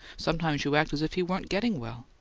sometimes you act as if he weren't getting well.